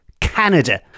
canada